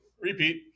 repeat